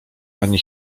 ani